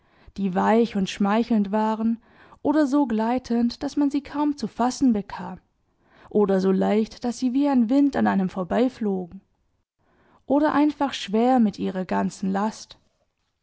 die weich und schmeichelnd waren oder so gleitend daß man sie kaum zu fassen bekam oder so leicht daß sie wie ein wind an einem vorbeiflogen oder einfach schwer mit ihrer ganzen last